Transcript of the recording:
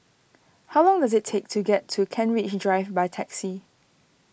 how long does it take to get to Kent Ridge Drive by taxi